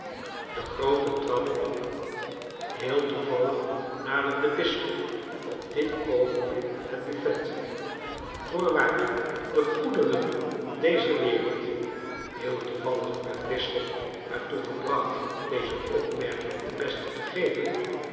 de groote trap op heel toevallig naderde bisschop op dit oogenblik het buffet voorwaar de goederen dezer wereld heel toevallig werd bisschop er toe gebracht deze opmerking ten beste te geven